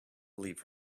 leave